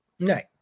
right